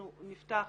אנחנו נפתח,